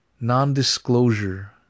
Non-Disclosure